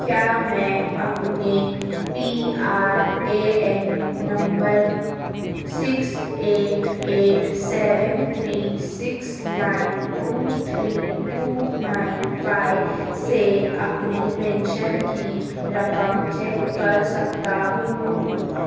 کیا میں اپنے P R A N number six eight eight seven three six nine two three two nine five سے اپنی pension کی رقم چیک کر سکتا ہوں